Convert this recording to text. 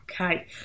Okay